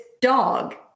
dog